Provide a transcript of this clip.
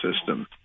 system